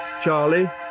Charlie